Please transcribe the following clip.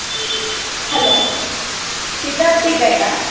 hello ಸಿದ್ಧಾರ್ತಿ ಗೈಡಾ